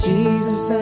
Jesus